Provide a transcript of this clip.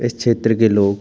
इस क्षेत्र के लोग